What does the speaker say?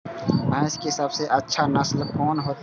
भैंस के सबसे अच्छा नस्ल कोन होते?